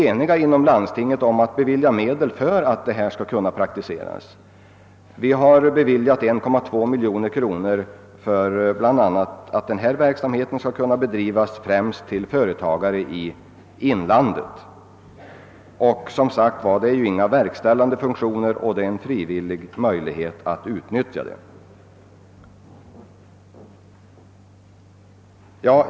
Vi är inom landstinget fullt eniga om att bevilja medel till denna och har också anslagit 1,2 miljoner kronor till främst rådgivning åt företagare i inlandet. Det är som sagt inte fråga om några verkställande funktioner, och utnyttjandet av tjänsterna är frivilligt. Herr talman!